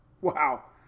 Wow